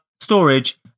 storage